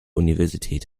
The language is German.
universität